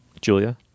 julia